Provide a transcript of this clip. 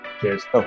Cheers